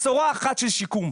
בשורה אחת של שיקום.